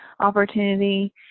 Opportunity